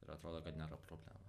ir atrodo kad nėra problema